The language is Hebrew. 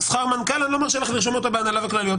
שכר מנכ"ל אני לא מרשה לך לרשום אותו בהנהלה וכלליות.